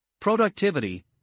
productivity